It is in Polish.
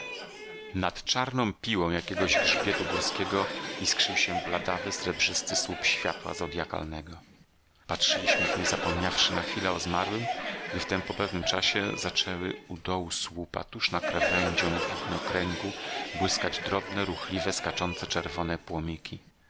nad czarną piłą jakiegoś grzbietu górskiego iskrzył się bladawy srebrzysty słup światła zodjakalnego patrzyliśmy w nie zapomniawszy na chwilę o zmarłym gdy w tem po pewnym czasie zaczęły u dołu słupa tuż nad krawędzią widnokręgu błyskać drobne ruchliwe skaczące czerwone płomyki